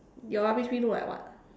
your rubbish bin look like what